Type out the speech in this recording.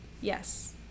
Yes